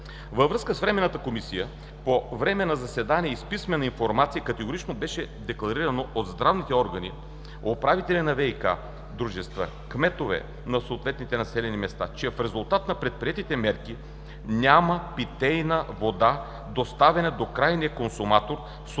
Във Временната комисия, по време на заседания и с писмена информация, категорично беше декларирано от здравните органи, управители на ВиК дружества и кметове на съответните населени места, че в резултат на предприетите мерки няма питейна вода, доставяна до крайния консуматор с отклонения